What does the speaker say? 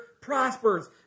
prospers